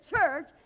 church